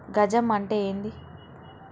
గజం అంటే ఏంది?